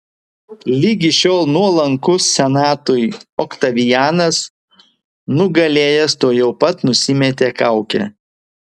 ligi šiol nuolankus senatui oktavianas nugalėjęs tuojau pat nusimetė kaukę